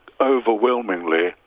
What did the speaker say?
overwhelmingly